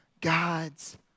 God's